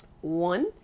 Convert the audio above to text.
One